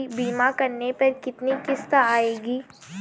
बीमा करने पर कितनी किश्त आएगी?